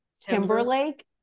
Timberlake